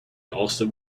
also